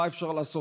מה אפשר לעשות?